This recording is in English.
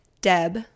Deb